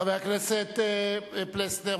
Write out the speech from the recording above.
חבר הכנסת פלסנר,